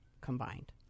combined